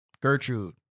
Gertrude